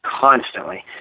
constantly